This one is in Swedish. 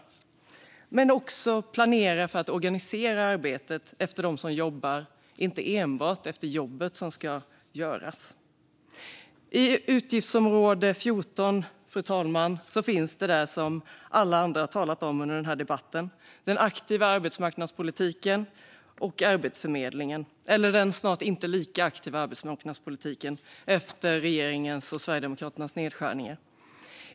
Man behöver också planera och organisera arbetet efter dem som jobbar, inte enbart efter det jobb som ska göras. Fru talman! Inom utgiftsområde 14 finns det som alla andra talat om under denna debatt: den aktiva arbetsmarknadspolitiken och Arbetsförmedlingen - eller den snart inte lika aktiva arbetsmarknadspolitiken efter regeringens och Sverigedemokraternas nedskärningar.